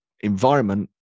environment